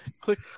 Click